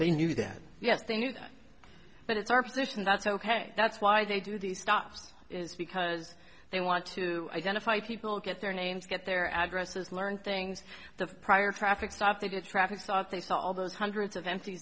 they knew that yes they knew that but it's our position that's ok that's why they do these stops because they want to identify people get their names get their addresses learn things the prior traffic stop to get traffic thought they saw all those hundreds of empty